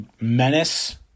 menace